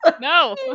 No